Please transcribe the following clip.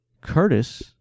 Curtis